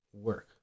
work